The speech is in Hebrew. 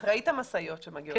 את ראית את המשאיות שמגיעות.